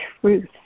truth